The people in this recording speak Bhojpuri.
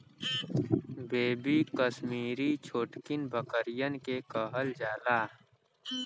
बेबी कसमीरी छोटकिन बकरियन के कहल जाला